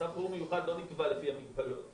אבל מצב חירום מיוחד לא נקבע לפי המגבלות,